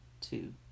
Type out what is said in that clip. two